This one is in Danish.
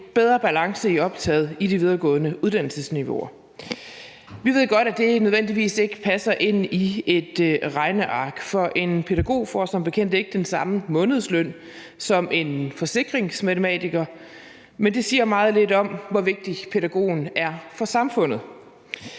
bedre balance i optaget på de videregående uddannelsesniveauer. Vi ved godt, at det ikke nødvendigvis passer ind i et regneark, for en pædagog får som bekendt ikke den samme månedsløn som en forsikringsmatematiker, men det siger meget lidt om, hvor vigtig pædagogen er for samfundet.